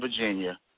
Virginia